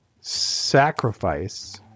sacrifice